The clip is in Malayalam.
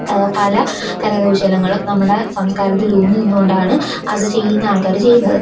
പല കരകൗശലങ്ങളും നമ്മുടെ സംസ്കാരത്തിലൂന്നി നിന്നുകൊണ്ടാണ് അത് ചെയ്യുന്ന ആൾക്കാർ ചെയ്യുന്നത്